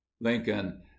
Lincoln